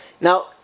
Now